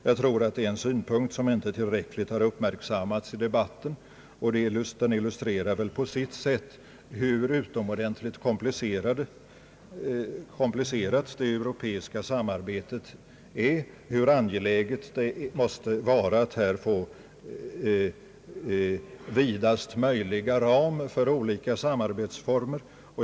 Jag tror att det är en synpunkt som inte tillräckligt har uppmärksammats i debatten, och det illustrerar på sitt sätt hur utomordentligt komplicerat det europeiska samarbetet är och hur angeläget det måste vara att här få till stånd vidast möjliga ram för olika samarbetsformer.